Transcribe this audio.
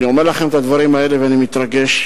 אני אומר לכם את הדברים האלה ואני מתרגש.